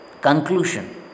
conclusion